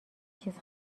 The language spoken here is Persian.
چیز